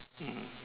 mm